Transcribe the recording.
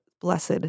blessed